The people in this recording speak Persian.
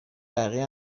بقیه